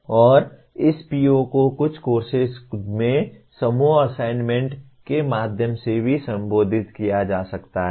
और इस PO को कुछ कोर्सेस में समूह असाइनमेंट के माध्यम से भी संबोधित किया जा सकता है